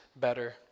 better